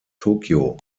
tokio